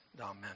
Amen